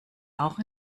auch